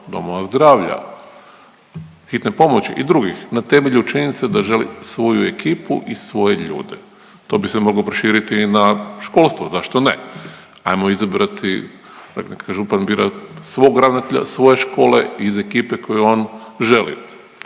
domova zdravlja, hitne pomoći i drugih na temelju činjenica da želi svoju ekipu i svoje ljude, to bi se moglo proširiti i na školstvo zašto ne. Ajmo izabrati, pa neka župan bira svog ravnatelja, svoje škole iz ekipe koju on želi.